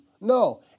No